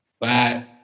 Bye